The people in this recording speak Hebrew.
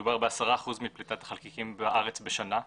מדובר ב-10% מפליטת החלקיקים בארץ בשנה,